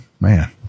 man